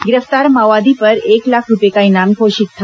गिरफ्तार माओवादी पर एक लाख रूपए का इनाम घोषित था